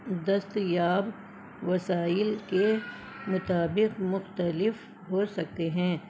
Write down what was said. دستیاب وسائل کے مطابق مختلف ہو سکتے ہیں